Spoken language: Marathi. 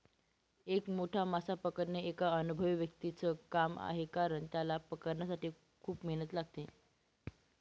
एक मोठा मासा पकडणे एका अनुभवी व्यक्तीच च काम आहे कारण, त्याला पकडण्यासाठी खूप मेहनत लागते